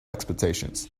expectations